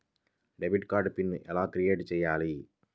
Debit card PIN ఎలా create చెయ్యాలి?